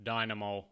Dynamo